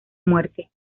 muerte